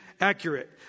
accurate